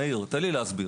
מאיר, תן לי להסביר.